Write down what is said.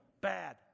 bad